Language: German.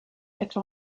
etwa